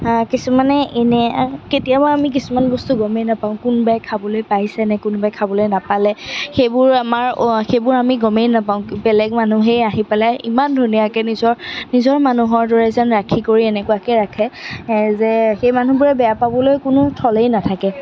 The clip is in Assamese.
কিছুমানে এনে কেতিয়াবা আমি কিছুমান বস্তু গমেই নাপাওঁ কোনোবাই খাবলৈ পাইছেনে কোনোবাই খাবলৈ নাপালে সেইবোৰ আমাৰ অঁ সেইবোৰ আমি গমেই নাপাওঁ বেলেগ মানুহেই আহি পেলাই ইমান ধুনীয়াকৈ নিজৰ নিজৰ মানুহৰ দৰে যেন ৰাখি কৰি এনেকুৱাকৈ ৰাখে যে সেই মানুহবোৰে বেয়া পাবলৈ কোনো থলেই নাথাকে